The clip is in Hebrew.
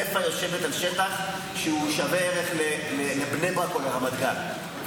כסייפה יושבת על שטח שהוא שווה ערך לבני ברק או לרמת גן,